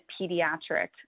pediatric